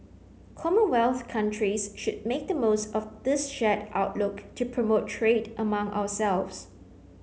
commonwealth countries should make the most of this shared outlook to promote trade among ourselves